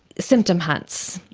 symptom-hunts.